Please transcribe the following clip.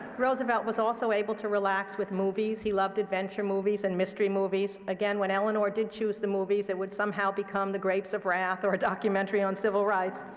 roosevelt was also able to relax with movies. he loved adventure movies and mystery movies. again, when eleanor did choose the movies, it would somehow become the grapes of wrath or a documentary on civil rights.